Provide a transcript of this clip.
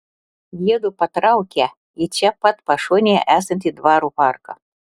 jiedu patraukia į čia pat pašonėje esantį dvaro parką